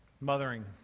mothering